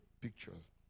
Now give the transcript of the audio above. pictures